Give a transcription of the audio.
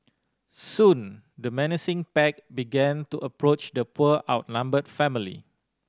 soon the menacing pack began to approach the poor outnumbered family